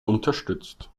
unterstützt